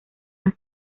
han